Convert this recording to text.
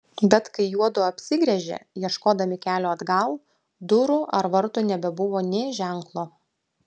bet kai juodu apsigręžė ieškodami kelio atgal durų ar vartų nebebuvo nė ženklo